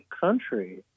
country